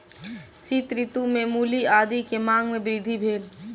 शीत ऋतू में मूली आदी के मांग में वृद्धि भेल